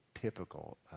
typical